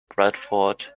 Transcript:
bradford